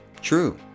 true